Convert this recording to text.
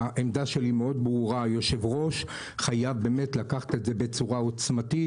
העמדה שלי מאוד ברורה: היושב-ראש חייב לקחת את זה בצורה עוצמתית,